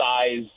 size